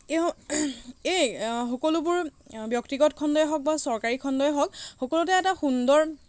এই এই সকলোবোৰ ব্যক্তিগত খণ্ডৰে হওক বা চৰকাৰী খণ্ডই হওক সকলোতে এটা সুন্দৰ